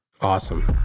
Awesome